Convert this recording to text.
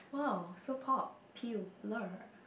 !wow! so popular